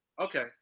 Okay